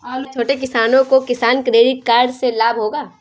क्या छोटे किसानों को किसान क्रेडिट कार्ड से लाभ होगा?